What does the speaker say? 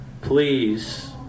Please